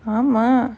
ஆமா:aamaa